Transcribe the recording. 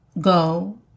go